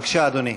בבקשה, אדוני.